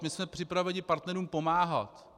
My jsme připraveni partnerům pomáhat.